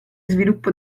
sviluppo